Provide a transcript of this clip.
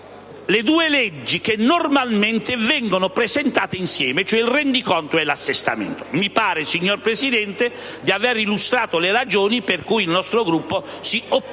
le due leggi che normalmente vengono presentate insieme: rendiconto e assestamento. Signor Presidente, mi pare di aver illustrato le ragioni per cui il nostro Gruppo si oppone